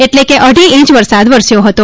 એટલે કે અઢી ઇંચ વરસાદ વરસ્યો હતો